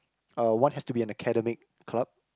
uh one has to be an academic club